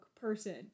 person